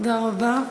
תודה רבה.